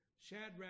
Shadrach